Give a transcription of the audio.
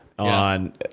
on